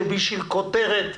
שבשביל כותרת,